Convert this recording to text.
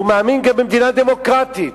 והוא מאמין גם במדינה דמוקרטית.